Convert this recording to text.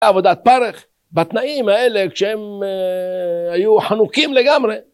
עבודת פרך, בתנאים האלה כשהם היו חנוקים לגמרי